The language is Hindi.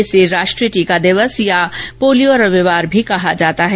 इसे राष्ट्रीय टीका दिवस या पॉलियो रविवार भी कहा जाता है